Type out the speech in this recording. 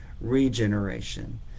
regeneration